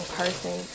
person